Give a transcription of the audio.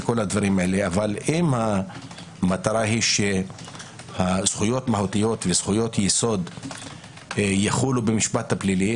אבל אם המטרה היא שזכויות מהותיות וזכויות יסוד יחולו במשפט הפלילי,